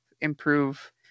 improve